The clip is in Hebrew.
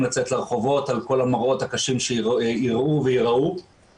לצאת לרחובות על כל המראות הקשים שיראו וייראו,